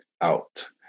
out